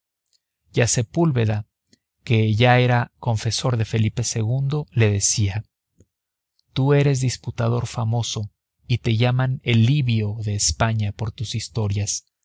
a sepúlveda que ya era confesor de felipe ii le decía tú eres disputador famoso y te llaman el livio de españa por tus historias